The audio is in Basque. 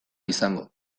izango